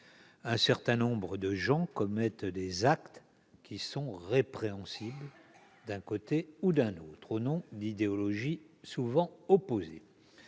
Un certain nombre de gens commettent des actes répréhensibles, d'un côté ou d'un autre, au nom d'idéologies souvent opposées.